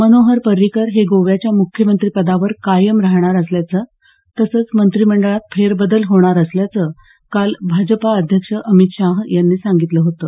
मनोहर पर्रीकर हे गोव्याच्या मुख्यमंत्रिपदावर कायम राहणार असल्याचं तसंच मंत्रिमंडळात फेरबदल होणार असल्याचं काल भाजपाध्यक्ष अमित शाह यांनी सांगितलं होतं